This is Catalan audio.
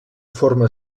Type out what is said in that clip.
forma